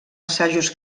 assajos